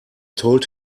told